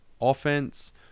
offense